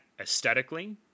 aesthetically